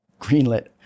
greenlit